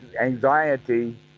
anxiety